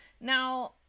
Now